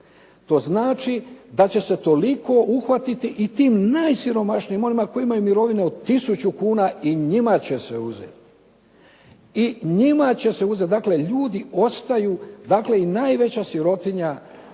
To znači da će se toliko uhvatiti i ti najsiromašniji, onima koji imaju mirovine od tisuću kuna i njima će se uzeti. I njima će se uzeti. Dakle ljudi ostaju, dakle i najveća sirotinja,